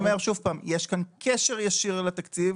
אז אני אומר שוב פעם, יש כאן קשר ישיר לתקציב.